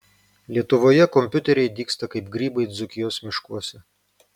lietuvoje kompiuteriai dygsta kaip grybai dzūkijos miškuose